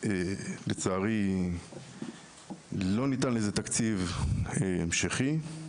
לצערי לא ניתן לזה תקציב המשכי.